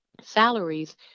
salaries